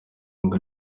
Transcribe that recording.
ngo